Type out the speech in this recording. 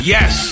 Yes